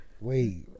Wait